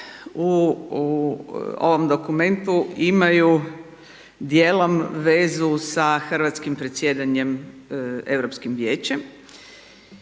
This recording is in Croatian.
u ovom dokumentu imaju dijelom vezu sa Hrvatskim predsjedanjem Europskim vijećem